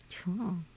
Cool